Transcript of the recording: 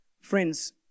Friends